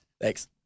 Thanks